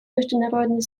международной